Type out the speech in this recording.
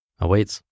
awaits